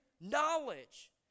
knowledge